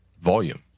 volume